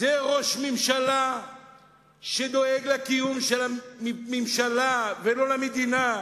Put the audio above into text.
זה ראש ממשלה שדואג לקיום של הממשלה ולא למדינה.